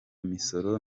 misoro